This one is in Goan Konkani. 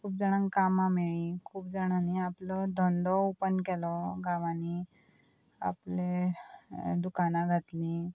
खूब जाणांक कामां मेळ्ळीं खूब जाणांनी आपलो धंदो ओपन केलो गांवांनी आपलें दुकानां घातलीं